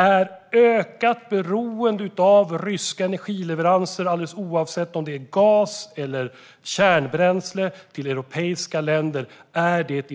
Är ökat beroende av ryska energileveranser till europeiska länder, alldeles oavsett om det är gas eller kärnbränsle, i